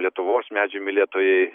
lietuvos medžių mylėtojai